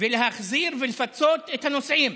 ולהחזיר ולפצות את הנוסעים.